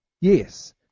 Yes